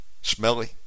smelly